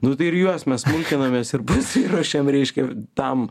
nu tai ir juos mes smulkinomės ir pasiruošėm reiškia tam